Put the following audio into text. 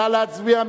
נא להצביע.